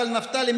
אבל נפתלי,